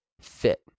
fit